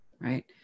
right